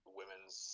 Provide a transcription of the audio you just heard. women's